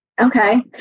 Okay